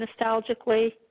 nostalgically